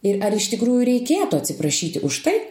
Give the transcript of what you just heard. ir ar iš tikrųjų reikėtų atsiprašyti už tai